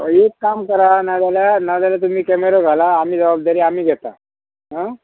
एक काम करा नाजाल्या नाजाल्या तुमी कॅमेरो घाला आमी जबाबदारी आमी घेता आं